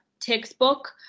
textbook